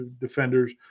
defenders